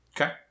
Okay